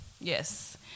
Yes